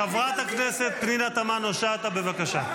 חברת הכנסת פנינה תמנו שאטה, בבקשה.